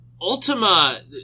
Ultima